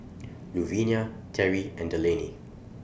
Louvenia Terry and Delaney